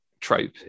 trope